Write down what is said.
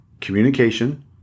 communication